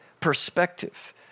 perspective